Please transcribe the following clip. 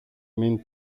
μην